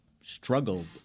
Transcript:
struggled